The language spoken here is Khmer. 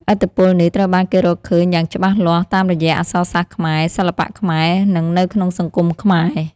ឥទ្ធិពលនេះត្រូវបានគេរកឃើញយ៉ាងច្បាស់លាស់តាមរយៈអក្សរសាស្ត្រខ្មែរ សិល្បៈខ្មែរ និងនៅក្នុងសង្គមខ្មែរ។